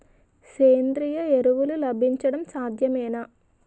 సేంద్రీయ ఎరువులు లభించడం సాధ్యమేనా?